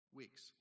weeks